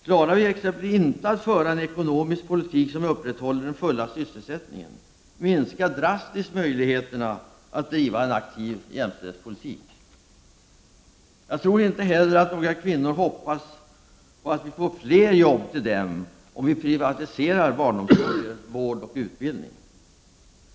Klarar vi exempelvis inte att föra en ekonomisk politik som upprätthåller den fulla sysselsättningen minskar drastiskt möjligheterna att driva en aktiv jämställdhetspolitik. Jag tror inte heller att några kvinnor hoppas på att vi får fler jobb till dem om vi privatiserar barnomsorg, vård och utbildning.